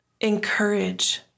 encourage